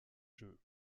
jeux